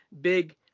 big